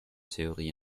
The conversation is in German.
theorie